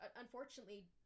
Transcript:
unfortunately